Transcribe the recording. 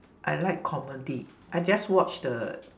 I like comedy I just watched the